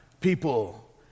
people